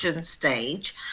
stage